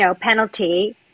penalty